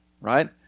Right